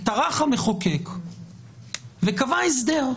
טרח המחוקק וקבע הסדר.